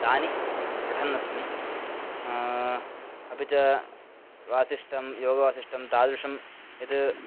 तानि पठन्नस्मि अपि च वासिष्ठं योगवासिष्ठं तादृशं यत्